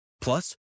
Plus